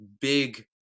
big